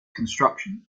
construction